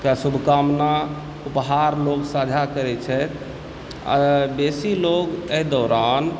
केँ शुभकामना उपहार लोग साँझा करय छथि आ बेसी लोग एहि दौरान